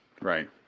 Right